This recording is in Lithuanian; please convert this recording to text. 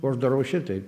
aš darau šitaip